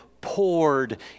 poured